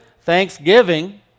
thanksgiving